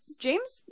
james